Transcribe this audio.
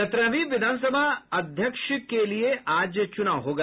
सत्रहवीं विधानसभा अध्यक्ष पद के लिए आज चुनाव होगा